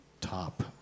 top